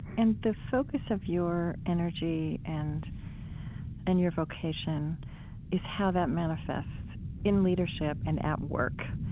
and the focus of your energy and and your vocation is how that manifests in leadership and at work.